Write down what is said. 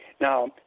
Now